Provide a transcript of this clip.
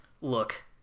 look